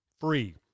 free